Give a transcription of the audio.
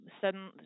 sudden